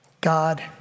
God